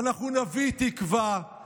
ואנחנו נביא תקווה,